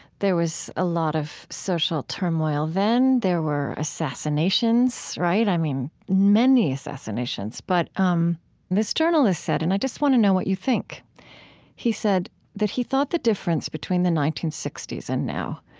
there was a lot of social turmoil then. there were assassinations, right? i mean, many assassinations. but um this journalist said and i just want to know what you think he said that he thought the difference between the nineteen sixty s and now